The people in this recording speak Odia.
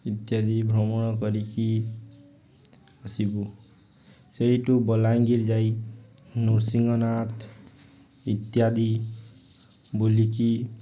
ଇତ୍ୟାଦି ଭ୍ରମଣ କରିକି ଆସିବୁ ସେଇଠୁ ବଲାଙ୍ଗୀର ଯାଇ ନୃସିଙ୍ଗନାଥ ଇତ୍ୟାଦି ବୁଲିକି